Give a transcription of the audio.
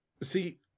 See